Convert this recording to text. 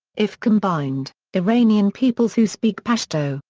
if combined, iranian peoples who speak pashto,